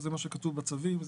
זה מה שכתוב בצווים.